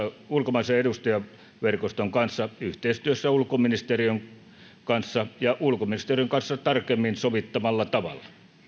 ulkomaisen edustajaverkoston kanssa yhteistyössä ulkoministeriön kanssa ja ulkoministeriön kanssa tarkemmin sovittavalla tavalla